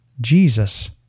jesus